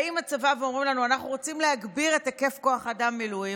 באים הצבא ואומרים לנו: אנחנו רוצים להגביר את היקף כוח האדם במילואים,